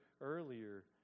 earlier